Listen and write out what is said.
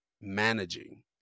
managing